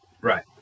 Right